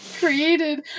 created